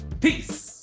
Peace